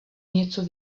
něco